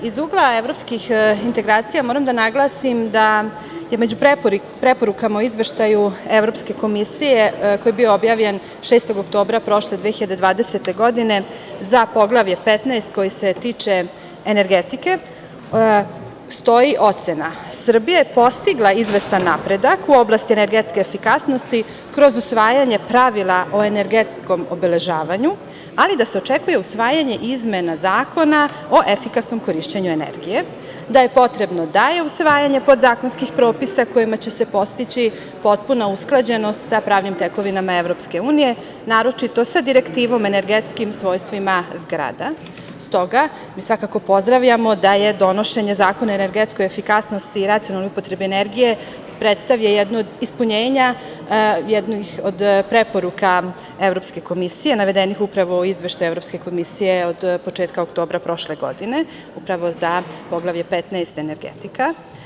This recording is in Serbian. Iz ugla evropskih integracija, moram da naglasim da je među preporukama u izveštaju Evropske komisije koji je bio objavljen 6. oktobra prošle 2020. godine, za Poglavlje 15. koji se tiče energetike, stoji ocena Srbija je postigla izvestan napredak u oblasti energetske efikasnosti kroz usvajanje pravila o energetskom obeležavanju, ali da se očekuje usvajanje izmena zakona o efikasnom korišćenju energije, da je potrebno dalje usvajanje podzakonskih propisa, kojima će se postići potpuna usklađenost sa pravnim tekovinama EU, naročito sa direktivom energetskim svojstvima zgrada, s toga svakako pozdravljamo da je donošenje zakona o energetskoj efikasnosti i racionalne upotrebe energije predstavlja jednu od ispunjenja, jednih od preporuka Evropske komisije navedenih upravo iz Izveštaja Evropske komisije od početka oktobra prošle godine, upravo za Poglavlje 15. energetika.